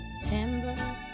September